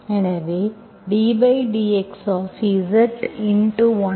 எனவே dZdx1x5Zddx1x5 5x3